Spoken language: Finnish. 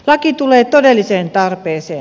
laki tulee todelliseen tarpeeseen